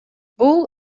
бул